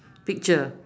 picture